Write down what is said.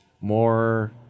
more